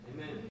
Amen